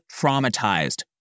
traumatized